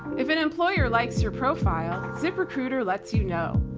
if an employer likes your profile, ziprecruiter lets you know,